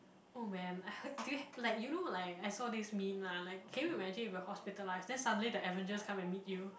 oh man I heard do you like you know like I saw this meme lah like can you imagine if you were hospitalised then suddenly the Avengers come and meet you